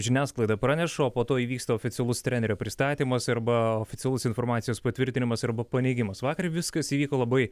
žiniasklaida praneša o po to įvyksta oficialus trenerio pristatymas arba oficialus informacijos patvirtinimas arba paneigimas vakar viskas įvyko labai